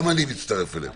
גם אני מצטרף אליהן.